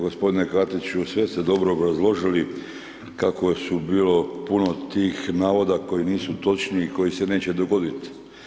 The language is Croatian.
Gospodine Katiću, sve ste dobro obrazložili, kako je bilo puno tih navoda koji nisu točni i koji se neće dogoditi.